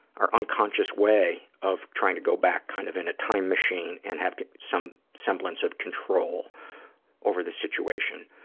our unconscious way of trying to go back kind of in a time machine and have some semblance of control over the situation.